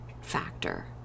factor